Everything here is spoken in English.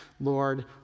Lord